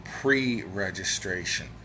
pre-registration